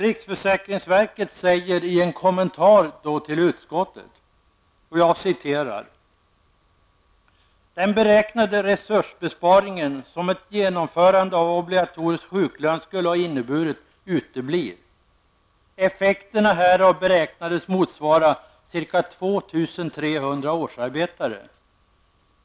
Riksförsäkringsverket skriver i en kommentar till utskottet: ''Den beräknade resursbesparingen som ett genomförande av obligatorisk sjuklön skulle ha inneburit uteblir. Effekterna härav beräknades motsvara ca 2 300 årsarbetare.